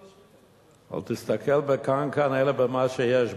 אל תסתכל בקנקן אלא במה שיש בו.